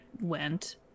went